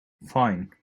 fine